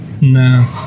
No